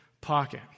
pocket